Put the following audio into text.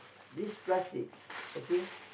this plastic okay